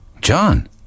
John